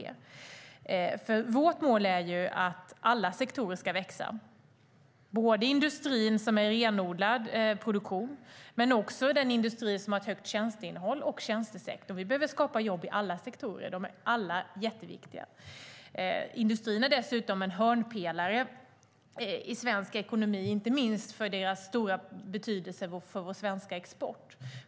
Vårt mål är att alla sektorer ska växa. Det gäller industrin som är renodlad produktion, den industri som har ett högt tjänsteinnehåll och tjänstesektorn. Vi behöver skapa jobb i alla sektorer; de är alla jätteviktiga. Industrin är dessutom en hörnpelare i svensk ekonomi, inte minst för dess stora betydelse för vår svenska export.